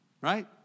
Right